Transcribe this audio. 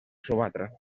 sumatra